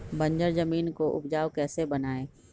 बंजर जमीन को उपजाऊ कैसे बनाय?